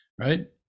right